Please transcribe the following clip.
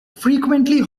frequently